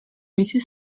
მისი